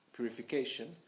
Purification